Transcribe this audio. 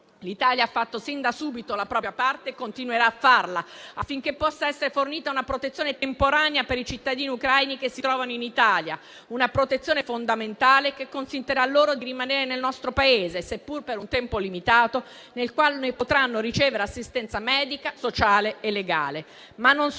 L'Italia ha fatto sin da subito la propria parte e continuerà a farla affinché possa essere fornita una protezione temporanea per i cittadini ucraini che si trovano in Italia; una protezione fondamentale che consentirà loro di rimanere nel nostro Paese, seppur per un tempo limitato, nel quale potranno ricevere assistenza medica, sociale e legale.